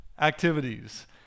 activities